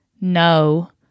no